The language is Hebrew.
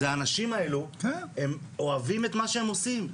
האנשים האלו אוהבים את מה שהם עושים,